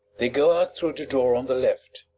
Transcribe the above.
they go out through the door on the left.